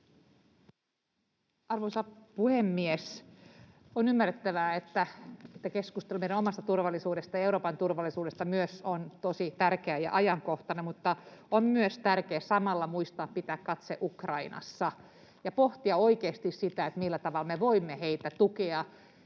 Arvoisa puhemies! On ymmärrettävää, että keskustelu meidän omasta turvallisuudestamme, ja Euroopan turvallisuudesta myös, on tosi tärkeä ja ajankohtainen, mutta on myös tärkeää samalla muistaa pitää katse Ukrainassa ja pohtia oikeasti sitä, millä tavalla me voimme heitä tukea.